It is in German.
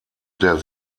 der